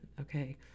okay